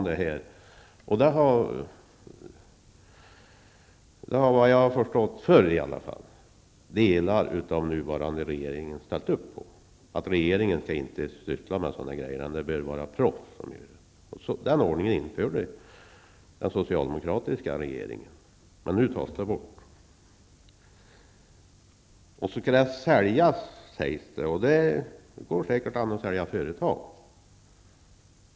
Såvitt jag förstår har en del, åtminstone var det så tidigare, av den nuvarande regeringen anslutit sig till oss som menar att regeringen inte skall syssla med sådana här frågor. I stället bör det vara proffs som har hand om sådant här. Den ordningen införde den socialdemokratiska regeringen, men den skall nu frångås. Det talas om försäljning. Ja, det är säkert möjligt att sälja företag.